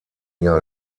jahr